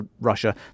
Russia